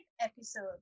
episode